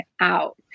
out